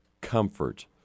comfort